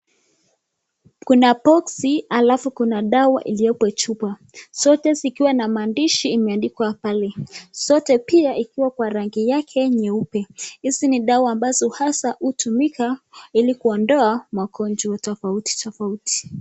Kuna boksi halafu kuna dawa iliyo kwa chupa, zote zikiwa na maandishi imeandikwa pale, zote pia ikiwa kwa rangi yake nyeupe. Hizi ni dawa ambazo hasa hutumika ili kuondoa magonjwa tofautitofauti.